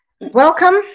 Welcome